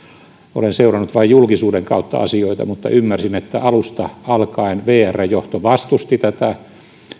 olen seurannut vain julkisuuden kautta asioita mutta ymmärsin että alusta alkaen vrn johto vastusti tätä